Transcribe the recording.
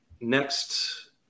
next